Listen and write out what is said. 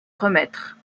remettre